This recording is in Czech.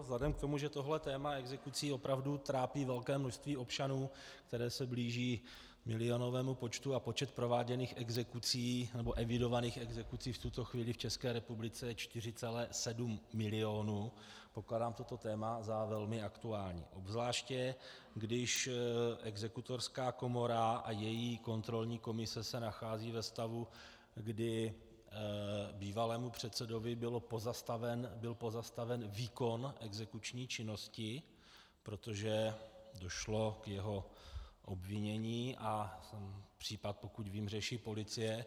Vzhledem k tomu, že téma exekucí opravdu trápí velké množství občanů, které se blíží milionovému počtu a počet prováděných exekucí nebo evidovaných exekucí v tuto chvíli v České republice je 4,7 miliony, pokládám toto téma za velmi aktuální, obzvláště když Exekutorská komora a její kontrolní komise se nachází ve stavu, kdy bývalému předsedovi byl pozastaven výkon exekuční činnosti, protože došlo k jeho obvinění a případ, pokud vím, řeší policie.